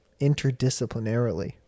interdisciplinarily